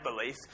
belief